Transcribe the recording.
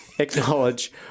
Acknowledge